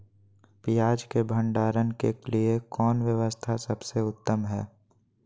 पियाज़ के भंडारण के लिए कौन व्यवस्था सबसे उत्तम है?